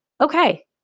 okay